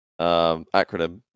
acronym